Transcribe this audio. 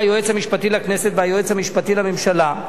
המשפטי לכנסת והיועץ המשפטי לממשלה,